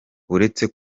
uretse